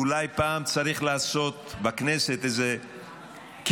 אולי פעם צריך לעשות בכנסת איזה כינוס,